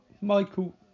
Michael